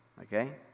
okay